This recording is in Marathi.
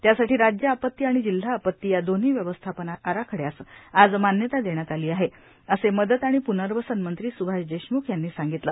त्यासाठी राज्य आपत्ती आणि जिल्हा आपत्ती या दोन्ही व्यवस्थापन आराखड्यास आज मान्यता देण्यात आली असे मदत आणि प्नर्वसन मंत्री स्भाष देशम्ख यांनी सांगितले